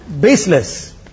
baseless